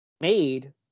made